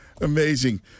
Amazing